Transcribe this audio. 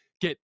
get